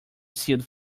sealed